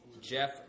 Jeff